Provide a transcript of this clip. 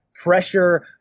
pressure